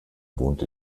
wohnt